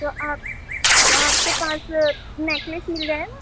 تو آپ آپ کے پاس نیکلس مِل جائے گا